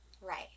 right